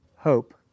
Hope